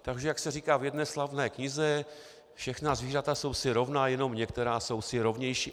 Takže jak se říká v jedné slavné knize, všechna zvířata jsou si rovna, jenom některá jsou si rovnější.